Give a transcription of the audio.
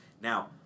Now